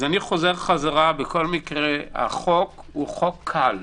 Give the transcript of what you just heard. החוק הוא חוק קל,